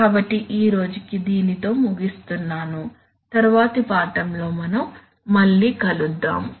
కాబట్టి ఈ రోజు కి దీనితో ముగిస్తున్నాను తరువాతి పాఠంలో మనం మళ్ళీ కలుద్దాం